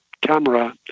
camera